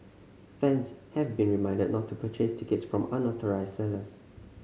fans have been reminded not to purchase tickets from unauthorised sellers